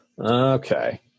Okay